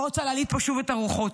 לא רוצה להלהיט פה שוב את הרוחות.